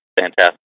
fantastic